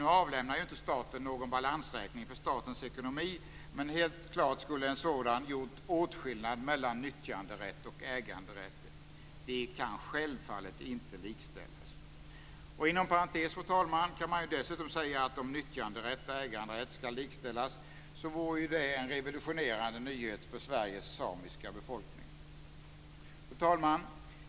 Nu avlämnar ju inte staten någon balansräkning för statens ekonomi, men helt klart skulle en sådan gjort åtskillnad mellan nyttjanderätt och äganderätt. De kan självfallet inte likställas. Fru talman! Inom parentes kan man ju dessutom säga att om nyttjanderätt och äganderätt skall likställas, vore det en revolutionerande nyhet för Sveriges samiska befolkning. Fru talman!